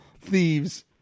thieves